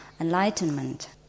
enlightenment